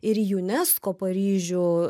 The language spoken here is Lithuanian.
ir į unesco paryžių